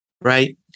right